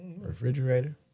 Refrigerator